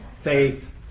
Faith